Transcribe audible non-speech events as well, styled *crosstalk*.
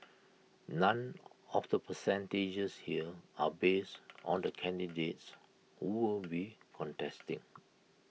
none of the percentages here are *noise* based on the candidates who will be contesting